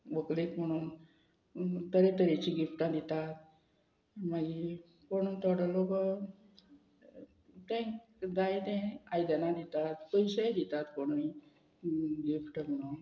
व्हंकलेक म्हणून तरेतरेची गिफ्टां दितात मागीर कोण थोडो लोक तें जायते आयदनां दितात पयशेय दितात कोणूय गिफ्ट म्हणून